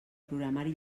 programari